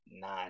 nine